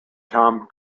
tom